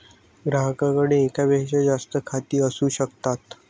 ग्राहकाकडे एकापेक्षा जास्त खाती असू शकतात